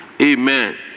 Amen